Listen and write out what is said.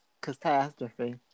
catastrophe